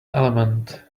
element